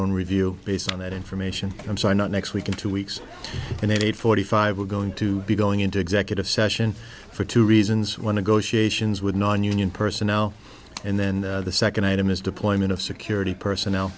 own review based on that information i'm sorry not next week in two weeks and at eight forty five we're going to be going into executive session for two reasons one to go she asians would nonunion personnel and then the second item is deployment of security personnel